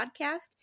podcast